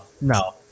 no